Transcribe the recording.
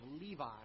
Levi